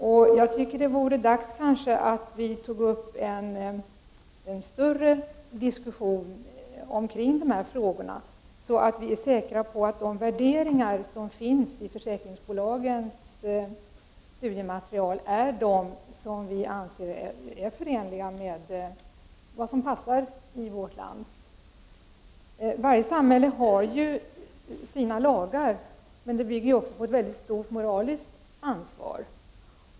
Jag tycker kanske att det vore dags att vi tog upp en större diskussion omkring de här frågorna, så att vi är säkra på att de värderingar som finns i försäkringsbolagens studiematerial är de som vi anser är förenliga med vad som passar i vårt land. Varje samhälle har ju sina lagar, men det bygger också på ett stort moraliskt ansvar.